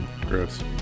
Gross